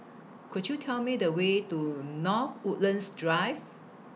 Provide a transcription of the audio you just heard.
Could YOU Tell Me The Way to North Woodlands Drive